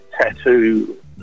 tattoo